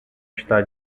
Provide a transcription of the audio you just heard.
está